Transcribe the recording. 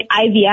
IVF